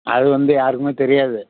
அது வந்து யாருக்குமே தெரியாது